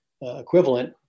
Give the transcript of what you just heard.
equivalent